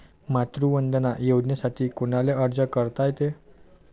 मातृवंदना योजनेसाठी कोनाले अर्ज करता येते?